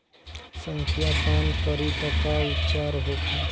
संखिया पान करी त का उपचार होखे?